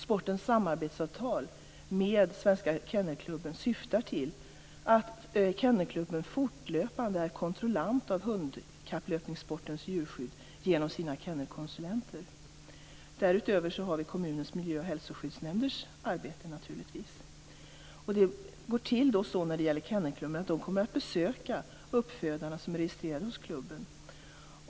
Sportens samarbetsavtal med Svenska Kennelklubben syftar till att Kennelklubben fortlöpande kontrollerar hundkapplöpningssportens djurskydd genom sina kennelkonsulenter. Därutöver har vi naturligtvis kommunernas miljö och hälsoskyddsnämnders arbete. Det går till så att Kennelklubben kommer att besöka de uppfödare som är registrerade hos klubben.